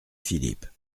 philippe